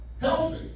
healthy